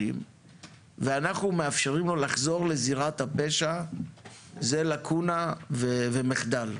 ואנחנו מאפשרים לו לחזור לזירת הפשע - זו לקונה ומחדל.